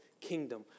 kingdom